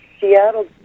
Seattle